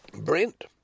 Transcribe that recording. Brent